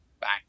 back